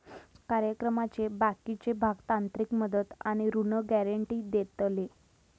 कार्यक्रमाचे बाकीचे भाग तांत्रिक मदत आणि ऋण गॅरेंटी देतले